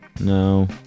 No